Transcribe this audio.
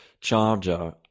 charger